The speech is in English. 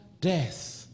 death